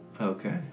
Okay